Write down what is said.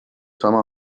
sama